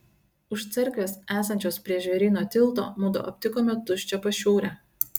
už cerkvės esančios prie žvėryno tilto mudu aptikome tuščią pašiūrę